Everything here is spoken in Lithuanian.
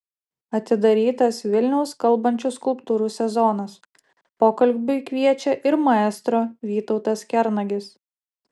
atidarytas vilniaus kalbančių skulptūrų sezonas pokalbiui kviečia ir maestro vytautas kernagis